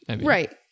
Right